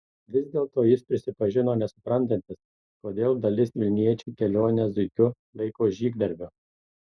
vis dėlto jis prisipažino nesuprantantis kodėl dalis vilniečių kelionę zuikiu laiko žygdarbiu